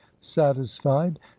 satisfied